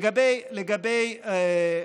אז אתה אומר שזה בסדר?